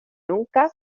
nunca